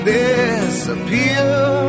disappear